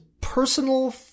personal